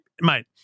mate